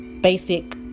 basic